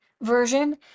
version